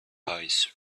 eyes